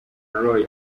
roy